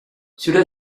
cela